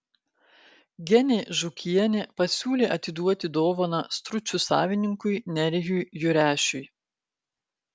genė žūkienė pasiūlė atiduoti dovaną stručių savininkui nerijui jurešiui